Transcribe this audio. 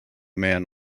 man